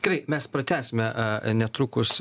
gerai mes pratęsime netrukus